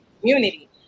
community